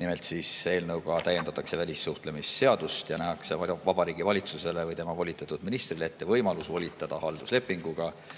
Nimelt, eelnõu kohaselt täiendatakse välissuhtlemisseadust ja nähakse Vabariigi Valitsusele või tema volitatud ministrile ette võimalus volitada halduslepinguga